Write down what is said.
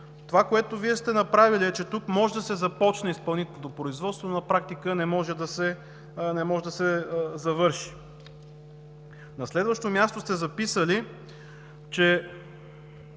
Това, което Вие сте направили, е, че тук може да се започне изпълнителното производство, но на практика не може да се завърши. На следващо място сте записали, че